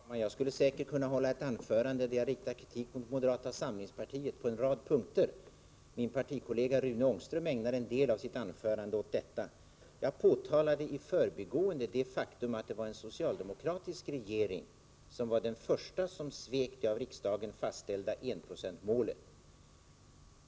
Herr talman! Jag skulle säkert kunna hålla ett anförande där jag riktade kritik mot moderata samlingspartiet på en rad punkter. Min partikollega Rune Ångström ägnade en del av sitt anförande åt detta. Jag påtalade i förbigående det faktum att det var en socialdemokratisk regering som var den första som svek det av riksdagen fastställda enprocentsmålet.